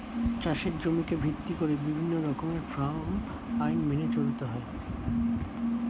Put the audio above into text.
চাষের জমিকে ভিত্তি করে বিভিন্ন রকমের ফার্ম আইন মেনে চলতে হয়